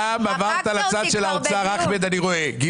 הפנייה נועדה לתגבור של שיא כוח אדם אחד